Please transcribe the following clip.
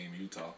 Utah